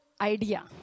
idea